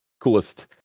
coolest